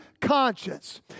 conscience